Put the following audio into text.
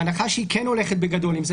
בהנחה שבגדול היא כן הולכת עם זה,